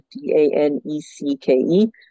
D-A-N-E-C-K-E